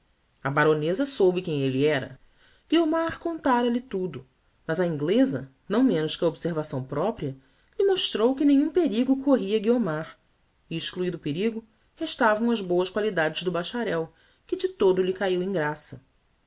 a baroneza soube quem elle era guiomar contara lhe tudo mas a ingleza não menos que a observação propria lhe mostrou que nenhum perigo corria guiomar e excluido o perigo restavam as boas qualidades do bacharel que de todo lhe caiu em graça